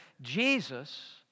Jesus